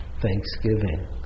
Thanksgiving